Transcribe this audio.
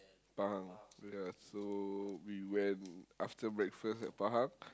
Pahang yeah so we went after breakfast at Pahang